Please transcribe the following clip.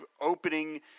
opening